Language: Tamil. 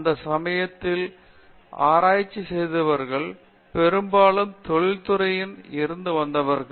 அந்த சமயத்தில் ஆராய்ச்சி செய்தவர்கள் பெரும்பாலும் தொழில்துறையில் இருந்து வந்தவர்கள்